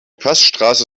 passstraße